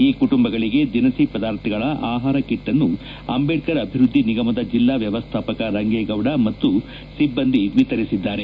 ಈ ಕುಟುಂಬಗಳಿಗೆ ದಿನಸಿ ಪದಾರ್ಥಗಳ ಆಹಾರ ಕಿಟ್ನ್ನು ಅಂಬೇಡ್ಕರ್ ಅಭಿವೃದ್ದಿ ನಿಗಮದ ಜಿಲ್ಲಾ ವ್ಯವಸ್ಥಾಪಕ ರಂಗೇಗೌಡ ಮತ್ತು ಸಿಬ್ಬಂದಿ ವಿತರಿಸಿದ್ದಾರೆ